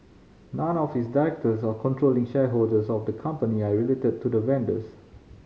none of its directors or controlling shareholders of the company are related to the vendors